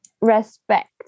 respect